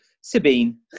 Sabine